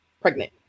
pregnant